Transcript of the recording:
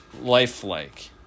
lifelike